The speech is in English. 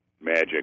magic